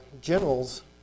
generals